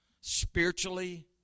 spiritually